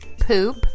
Poop